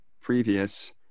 previous